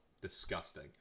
disgusting